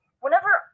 Whenever